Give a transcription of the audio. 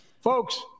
folks